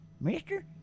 mister